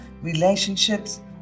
relationships